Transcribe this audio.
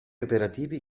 operativi